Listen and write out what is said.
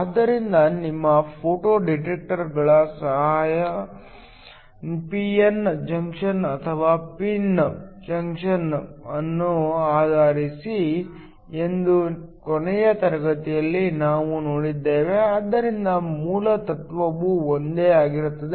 ಆದ್ದರಿಂದ ನಿಮ್ಮ ಫೋಟೋ ಡಿಟೆಕ್ಟರ್ಗಳು ಸಹ ಪಿ ಎನ್ ಜಂಕ್ಷನ್ ಅಥವಾ ಪಿನ್ ಜಂಕ್ಷನ್ ಅನ್ನು ಆಧರಿಸಿವೆ ಎಂದು ಕೊನೆಯ ತರಗತಿಯಲ್ಲಿ ನಾವು ನೋಡಿದ್ದೇವೆ ಆದ್ದರಿಂದ ಮೂಲ ತತ್ವವು ಒಂದೇ ಆಗಿರುತ್ತದೆ